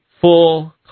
full